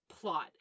plot